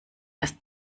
erst